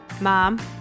mom